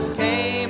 came